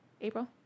April